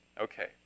Okay